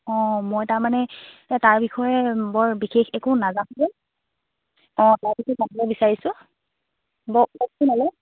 অঁ মই তাৰমানে তাৰ বিষয়ে বৰ বিশেষ একো নাজানো যে অঁ তাৰ বিষয় জানিব বিচাৰিছো ব কওকচোন অলপ